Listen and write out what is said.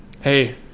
hey